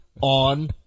on